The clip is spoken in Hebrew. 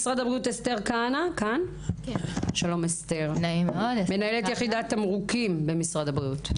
אסתר כהנא, מנהלת יחידת תמרוקים במשרד, בבקשה.